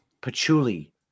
Patchouli